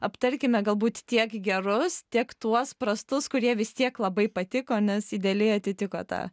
aptarkime galbūt tiek gerus tiek tuos prastus kurie vis tiek labai patiko nes idealiai atitiko tą